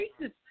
racist